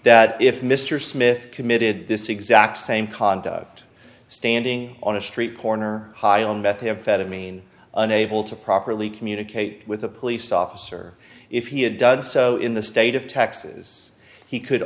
that if mr smith committed this exact same conduct standing on a street corner high on meth amphetamine unable to properly communicate with the police officer if he had done so in the state of texas he could